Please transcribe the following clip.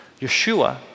Yeshua